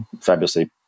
fabulously